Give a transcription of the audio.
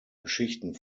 geschichten